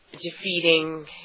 defeating